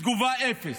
בתגובה, אפס.